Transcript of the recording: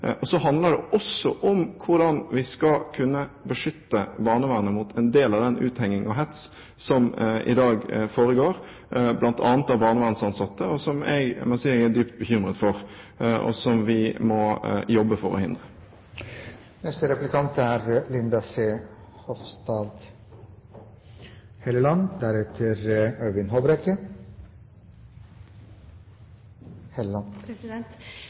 Og så handler det også om hvordan vi skal kunne beskytte barnevernet mot en del av den uthenging og hets som i dag foregår bl.a. av barnevernsansatte, som jeg må si jeg er dypt bekymret for, og som vi må jobbe for å hindre.